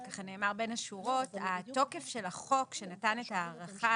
זה נאמר בין השורות, התוקף של החוק שנתן את ההארכה